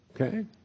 okay